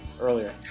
earlier